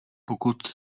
pokud